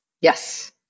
Yes